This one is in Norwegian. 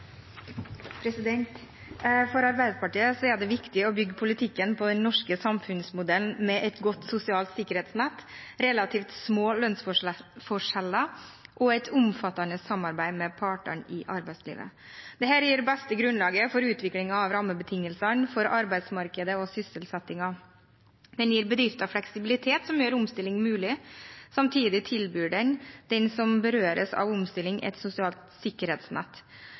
For Arbeiderpartiet er det viktig å bygge politikken på den norske samfunnsmodellen, med et godt sosialt sikkerhetsnett, relativt små lønnsforskjeller og et omfattende samarbeid med partene i arbeidslivet. Dette er det beste grunnlaget for utvikling av rammebetingelsene for arbeidsmarkedet og for sysselsettingen. Den gir bedriftene fleksibilitet som gjør omstilling mulig, og samtidig tilbyr den den som berøres av omstilling, et sosialt sikkerhetsnett.